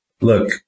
Look